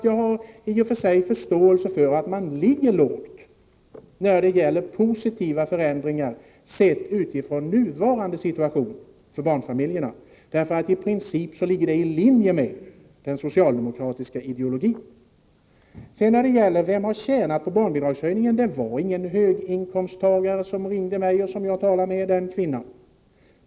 Jag har i och för sig förståelse för att man ligger lågt när det gäller positiva förändringar sett utifrån nuvarande situation för barnfamiljerna. I princip ligger det i linje med den socialdemokratiska ideologin. När det gäller frågan om vem som har tjänat på barnbidragshöjningen, vill jag påpeka att den kvinna som ringde mig var ingen höginkomsttagare.